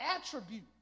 attribute